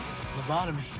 Lobotomy